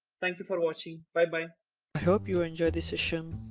thank you for watching bye-bye. i hope you enjoy this session.